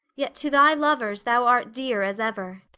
yet to thy lovers thou art dear as ever.